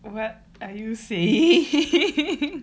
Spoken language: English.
what are you saying